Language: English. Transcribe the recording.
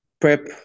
prep